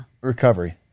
recovery